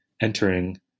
entering